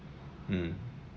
mm